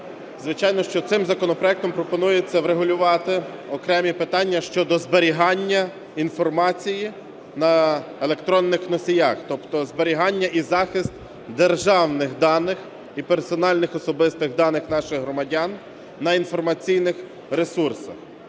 Звичайно, що цим законопроектом пропонується врегулювати окремі питання щодо зберігання інформації на електронних носіях, тобто зберігання і захист державних даних і персональних, особистих даних наших громадян на інформаційних ресурсах.